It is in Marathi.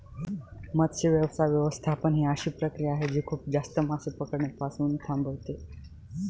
मत्स्य व्यवसाय व्यवस्थापन ही अशी प्रक्रिया आहे जी खूप जास्त मासे पकडणे पासून थांबवते